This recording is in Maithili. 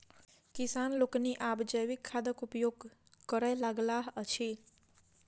किसान लोकनि आब जैविक खादक उपयोग करय लगलाह अछि